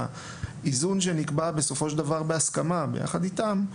באיזון שנקבע בהסכמה ביחד איתם,